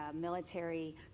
military